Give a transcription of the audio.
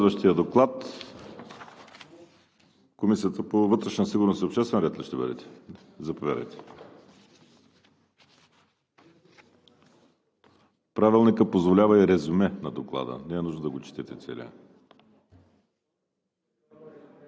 позволява и резюме на Доклада, не е нужно да го четете целия.